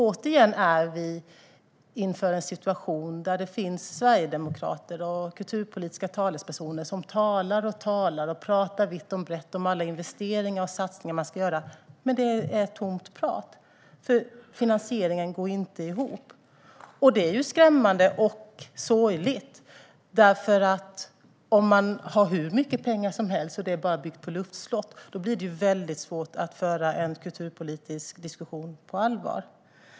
Återigen är vi inför en situation där det finns sverigedemokrater och kulturpolitiska talespersoner som pratar vitt och brett om alla investeringar och satsningar som man ska göra. Men det är tomt prat. Finansieringen går inte ihop. Det är skrämmande och sorgligt. Om man har hur mycket pengar som helst och det bara är byggt på luftslott blir det väldigt svårt att föra en kulturpolitisk diskussion på allvar.